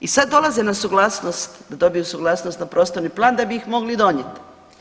I sad dolaze na suglasnost, da dobiju suglasnost na prostorni plan da bi ih mogli donijet.